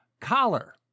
Collar